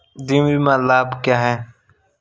जीवन बीमा लाभ क्या हैं?